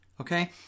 Okay